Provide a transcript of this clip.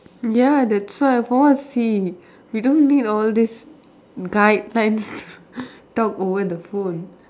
ya that's why for what see we don't need all these guidelines talk over the phone